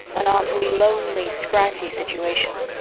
an awfully lonely, scratchy situation.